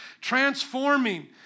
transforming